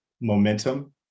momentum